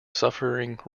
suffering